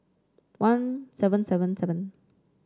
one seven seven seven